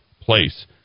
place